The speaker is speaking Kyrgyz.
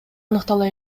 аныктала